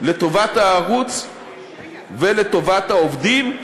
לטובת הערוץ ולטובת העובדים.